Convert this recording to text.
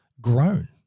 grown